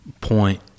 point